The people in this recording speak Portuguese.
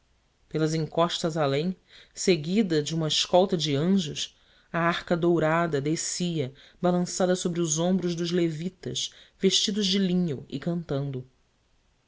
pelas encostas além seguida de uma escolta de anjos a arca dourada descia balançada sobre os ombros dos levitas vestidos de linho e cantando